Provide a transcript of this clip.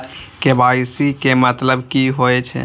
KYC के मतलब कि होई छै?